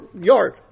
yard